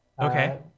Okay